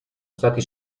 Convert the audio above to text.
stati